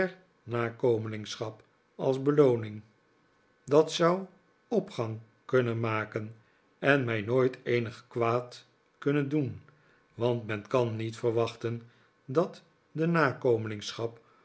nakomelingschap als belooning dat zou opgang kunnen maken en mij nooit eenig kwaad kunnen doen want men kan niet verwachten dat de